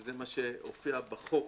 וזה מה שהופיע בחוק,